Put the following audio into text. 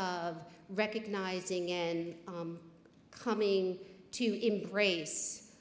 of recognizing in coming to embrace